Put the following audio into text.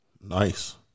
Nice